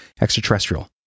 extraterrestrial